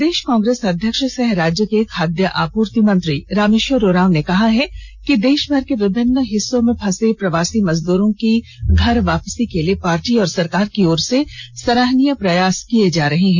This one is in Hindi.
प्रदेष कांग्रेस अध्यक्ष सह राज्य के खाद्य आपूर्ति मंत्री रामेष्वर उरांव ने कहा है कि देषभर के विभिन्न हिस्सों में फंसे प्रवासी मजदूरों की घर वापसी के लिए पार्टी और सरकार की ओर से सराहनीय प्रयास किया जा रहा है